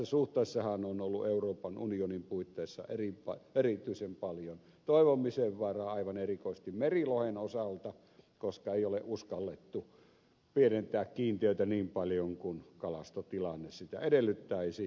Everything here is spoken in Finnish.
tässä suhteessahan on ollut euroopan unionin puitteissa erityisen paljon toivomisen varaa aivan erikoisesti merilohen osalta koska ei ole uskallettu pienentää kiintiöitä niin paljon kuin kalastotilanne sitä edellyttäisi